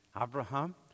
Abraham